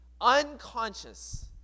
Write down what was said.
unconscious